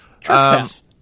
Trespass